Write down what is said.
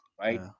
right